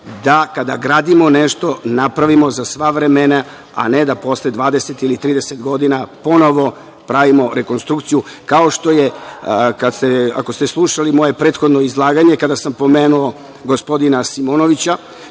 da kada gradimo nešto napravimo za sva vremena, a ne da posle 20 ili 30 godina ponovo pravimo rekonstrukciju, kao što je, ako ste slušali moje prethodno izlaganje kada sam pomenuo gospodina Simonovića